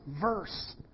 verse